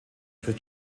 für